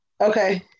Okay